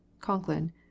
Conklin